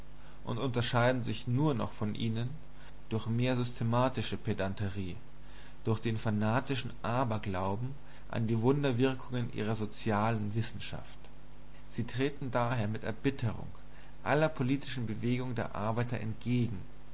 und unterscheiden sich nur noch von ihnen durch mehr systematische pedanterie durch den fanatischen aberglauben an die wunderwirkungen ihrer sozialen wissenschaft sie treten daher mit erbitterung aller politischen bewegung der arbeiter entgegen